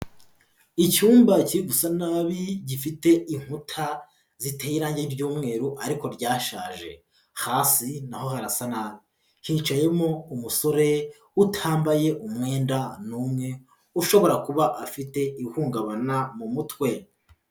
Icyumba kiri gusa nabi gifite inkuta ziteye irangi ry'umweru ariko ryashaje, hasi na ho harasa nabi, hicayemo umusore utambaye umwenda n'umwe, ushobora kuba afite ihungabana mu mutwe.